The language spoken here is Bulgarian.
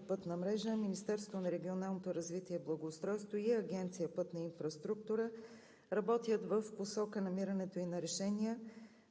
пътна мрежа Министерството на регионалното развитие и благоустройство и Агенция „Пътна инфраструктура“ работят в посока намирането на решение